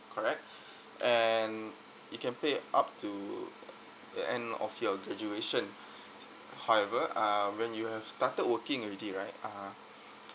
correct and it can pay up to the end of your graduation however um when you have started working already right uh